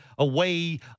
Away